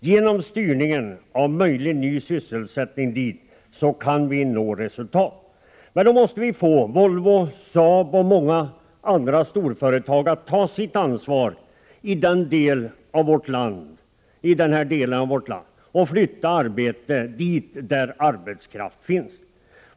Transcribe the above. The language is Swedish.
Genom styrningen och möjligen ny sysselsättning kan vi nå resultat. Men då måste vi få Volvo, Saab och många andra storföretag att ta sitt ansvar i denna del av vårt land och flytta arbeten dit där arbetskraft finns.